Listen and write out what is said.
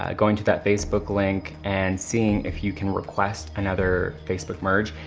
um going to that facebook link and seeing if you can request another facebook merge.